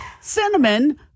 cinnamon